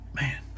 man